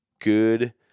good